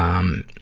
um,